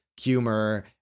humor